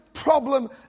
problem